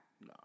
No